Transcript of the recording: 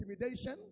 intimidation